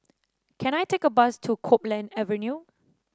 can I take a bus to Copeland Avenue